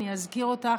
אני אזכיר אותך,